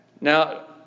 Now